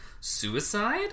Suicide